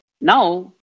now